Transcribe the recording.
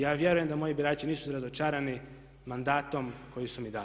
Ja vjerujem da moji birači nisu razočarani mandatom koji su mi dali.